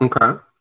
Okay